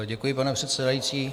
Děkuji, pane předsedající.